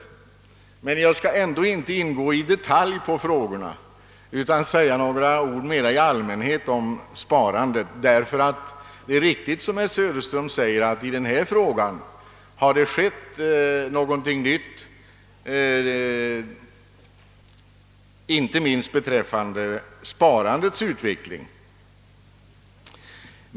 Jag skall emellertid ändå inte ingå i detalj på frågorna, utan vill bara säga några ord mer i allmänhet om sparandet. Det är riktigt, som herr Söderström framhåller att det har skett någonting nytt, inte minst beträffande sparandets utveckling.